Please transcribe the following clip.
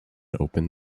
open